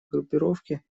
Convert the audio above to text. группировке